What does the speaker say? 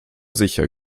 sicher